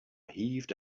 heaved